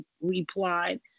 replied